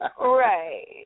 Right